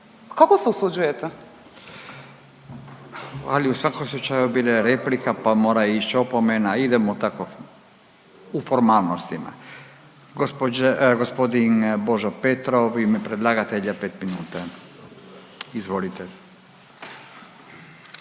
Furio (Nezavisni)** Ali u svakom slučaju bila je replika pa mora ić opomena. Idemo tako u formalnostima. Gospodin Božo Petrov u ime predlagatelja 5 minuta. **Petrov,